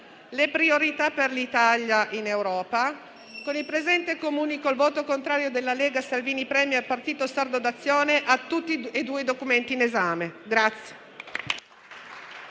le priorità per l'Italia in Europa, con il presente comunico il voto contrario della Lega-Salvini Premier-Partito Sardo d'Azione su tutti e due i documenti in esame.